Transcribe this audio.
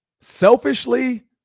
Selfishly